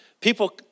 People